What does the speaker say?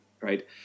right